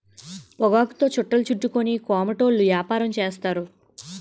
పొగాకుతో చుట్టలు చుట్టుకొని కోమటోళ్ళు యాపారం చేస్తారు